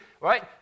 right